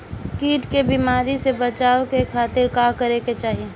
कीट के बीमारी से बचाव के खातिर का करे के चाही?